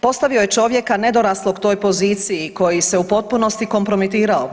Postavio je čovjeka nedoraslog toj poziciji koji se u potpunosti kompromitirao.